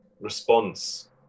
response